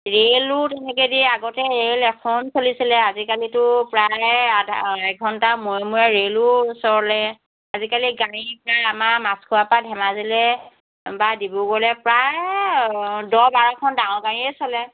ৰেইলো তেনেকৈ দিয়ে আগতে ৰেইল এখন চলিছিলে আজিকালিতো প্ৰায়ে আধা এঘণ্টা মূৰে মূৰে ৰেইলো চলে আজিকালি গাড়ী প্ৰায় আমাৰ মাছখোৱাৰ পৰা ধেমাজিলৈ বা ডিব্ৰুগড়লৈ প্ৰায় দহ বাৰখন ডাঙৰ গাড়ীয়ে চলে